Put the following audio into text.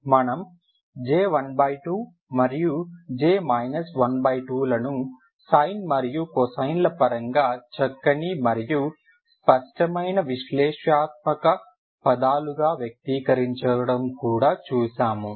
మనము J12 మరియు J 12 లను సైన్ మరియు కొసైన్ల పరంగా చక్కని మరియు స్పష్టమైన విశ్లేషణాత్మక పదాలుగా వ్యక్తీకరించడం కూడా చూశాము